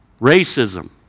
Racism